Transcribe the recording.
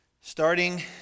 Starting